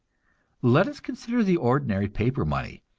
let us consider the ordinary paper money,